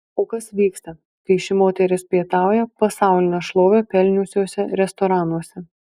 o kas vyksta kai ši moteris pietauja pasaulinę šlovę pelniusiuose restoranuose